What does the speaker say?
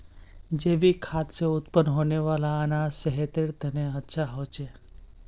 जैविक खाद से उत्पन्न होने वाला अनाज सेहतेर तने अच्छा होछे